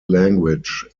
language